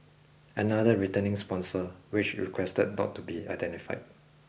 another returning sponsor which requested not to be identified